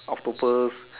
octopus